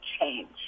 change